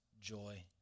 joy